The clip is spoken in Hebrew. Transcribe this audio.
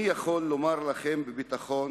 אני יכול לומר לכם בביטחון